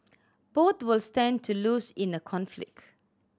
both will stand to lose in a conflict